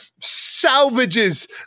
salvages